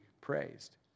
praised